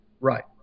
Right